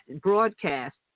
broadcast